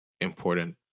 important